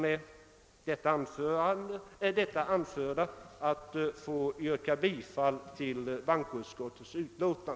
Med det anförda ber jag att få yrka bifall till bankoutskottets hemställan.